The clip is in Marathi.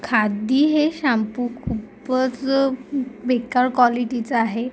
खादी हे शॅम्पू खूपच बेकार क्वालिटीचं आहे